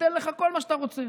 תיתן לך כל מה שאתה רוצה.